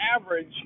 average